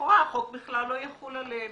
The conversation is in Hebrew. לכאורה החוק בכלל לא יחול עליהם.